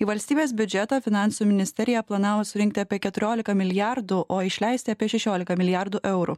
į valstybės biudžetą finansų ministerija planavo surinkti apie keturiolika milijardų o išleisti apie šešiolika milijardų eurų